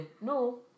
no